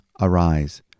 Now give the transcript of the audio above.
arise